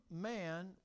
man